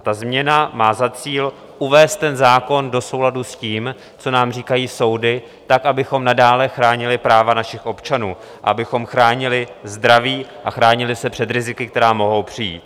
Ta změna má za cíl uvést zákon do souladu s tím, co nám říkají soudy, tak, abychom nadále chránili práva našich občanů, abychom chránili zdraví a chránili se před riziky, která mohou přijít.